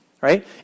right